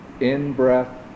in-breath